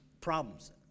problems